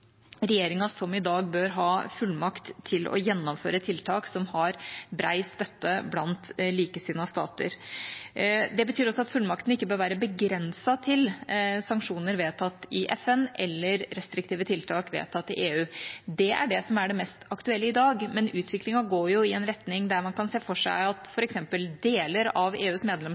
regjeringa, som i dag, bør ha fullmakt til å gjennomføre tiltak som har bred støtte blant likesinnede stater. Det betyr også at fullmaktene ikke bør være begrenset til sanksjoner vedtatt i FN eller restriktive tiltak vedtatt i EU. Det er det som er det mest aktuelle i dag, men utviklingen går i en retning der man kan se for seg at f.eks. deler av EUs